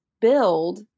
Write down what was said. build